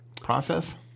process